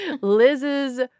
Liz's